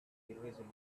irresolute